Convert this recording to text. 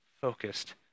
focused